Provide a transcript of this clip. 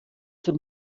für